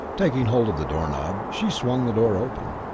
taking hold of the door knob. she swung the door open.